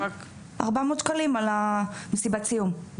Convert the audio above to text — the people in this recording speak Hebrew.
400 שקלים על מסיבת הסיום,